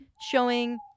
showing